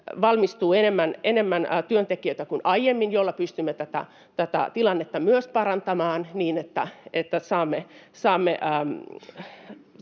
valmistuu enemmän työntekijöitä kuin aiemmin, millä pystymme tätä tilannetta myös parantamaan niin, että saamme